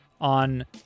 on